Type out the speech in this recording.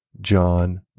John